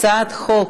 הצעת חוק